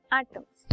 atoms